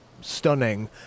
stunning